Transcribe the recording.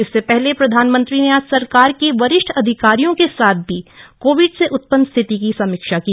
इससे पहले प्रधानमंत्री ने आज सरकार के वरिष्ठ अधिकारियों के साथ भी कोविड से उत्पन्न स्थिति की समीक्षा की